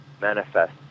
manifest